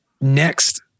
Next